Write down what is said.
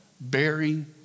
Bearing